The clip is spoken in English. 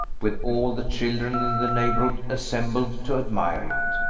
with all the children in the neighborhood assembled to admire it.